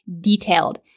detailed